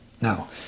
Now